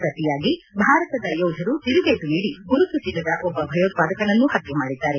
ಪ್ರತಿಯಾಗಿ ಭಾರತದ ಯೋಧರು ತಿರುಗೇಟು ನೀದಿ ಗುರುತು ಸಿಗದ ಒಬ್ಬ ಭಯೋತ್ವಾದಕನನ್ನು ಹತ್ಯೆ ಮಾಡಿದ್ದಾರೆ